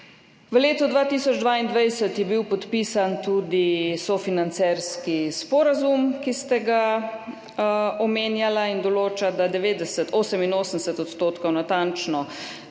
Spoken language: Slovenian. V letu 2022 je bil podpisan tudi sofinancerski sporazum, ki ste ga omenjali, in določa, da 90, 88 %, natančno,